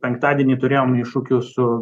penktadienį turėjom iššūkių su